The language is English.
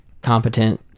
competent